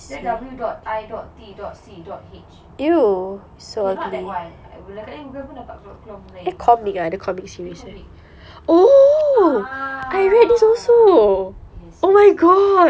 dia W dot I dot T dot C dot H okay not that one dia comic ah yes yes yes